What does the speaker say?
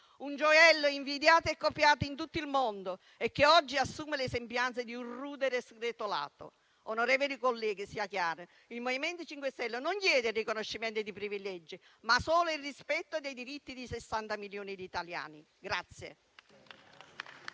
un gioiello invidiato e copiato in tutto il mondo e che oggi assume le sembianze di un rudere sgretolato. Onorevoli colleghi, sia chiaro che il MoVimento 5 Stelle non chiede riconoscimenti di privilegi, ma solo il rispetto dei diritti di sessanta milioni di italiani. **Atti